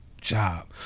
job